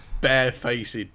barefaced